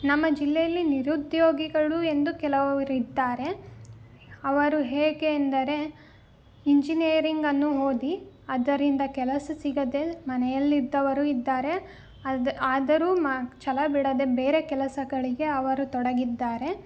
ನಮ್ಮ ಜಿಲ್ಲೆಯಲ್ಲಿ ನಿರುದ್ಯೋಗಿಗಳು ಎಂದು ಕೆಲವ್ರು ಇದ್ದಾರೆ ಅವರು ಹೇಗೆಂದರೆ ಇಂಜಿನಿಯರಿಂಗನ್ನು ಓದಿ ಅದರಿಂದ ಕೆಲಸ ಸಿಗದೆ ಮನೆಯಲ್ಲಿದ್ದವರೂ ಇದ್ದಾರೆ ಅದು ಆದರೂ ಮ ಛಲ ಬಿಡದೆ ಬೇರೆ ಕೆಲಸಗಳಿಗೆ ಅವರು ತೊಡಗಿದ್ದಾರೆ